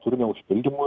turinio užpildymui